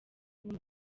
bumwe